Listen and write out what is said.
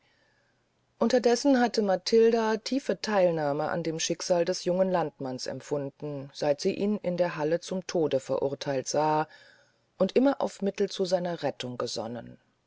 unterdessen hatte matilde tiefe theilnahme an dem schicksal des jungen landmanns empfunden seit sie ihn in der halle zum tode verurtheilen sah und immer auf mittel zu seiner rettung gesonnen